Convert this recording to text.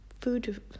food